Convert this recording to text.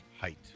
Height